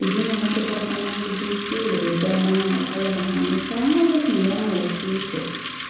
बिदि मोनलांफेरथाराखैमोन आं बिदि सि उल गैफेरामोन आंनाव बायबा बायनानै जा लस मोनबाय आङो सि उलखौ